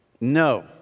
No